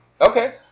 Okay